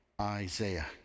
Isaiah